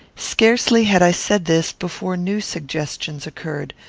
scarcely had i said this before new suggestions occurred.